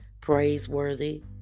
praiseworthy